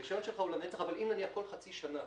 הרישיון שלך לנצח, אבל אם נניח כל חצי שנה,